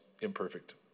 imperfect